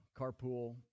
carpool